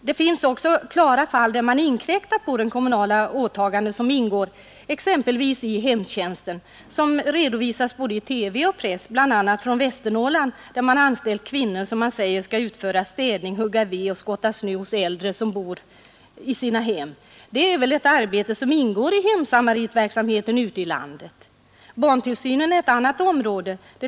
Det förekommer också klara fall där man inkräktar på det kommunala åtagande som ingår exempelvis i hemtjänsten, vilket redovisats i både TV och press, bl.a. från Västernorrland, där man anställt kvinnor som, enligt vad man säger, skall utföra städning, hugga ved och skotta snö hos äldre som bor i sina hem. Det är väl ett arbete som ingår i hemsamaritverksamheten ute i landet. Barntillsynen är ett annat område. BI.